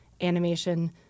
animation